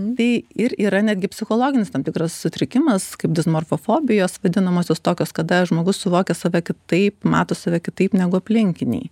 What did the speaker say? bei ir yra netgi psichologinis tam tikras sutrikimas kaip dismorfo fobijos vadinamosios tokios kada žmogus suvokia save kaip taip mato save kitaip negu aplinkiniai